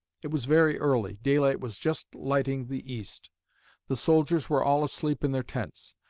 it was very early daylight was just lighting the east the soldiers were all asleep in their tents.